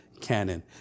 canon